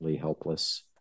helpless